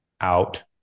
out